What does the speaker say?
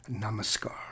Namaskar